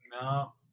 No